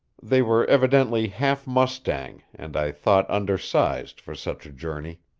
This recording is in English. they were evidently half-mustang, and i thought undersized for such a journey.